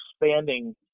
expanding